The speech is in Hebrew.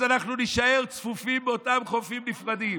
אנחנו נישאר צפופים באותם חופים נפרדים.